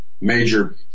major